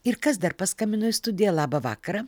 ir kas dar paskambino į studiją labą vakarą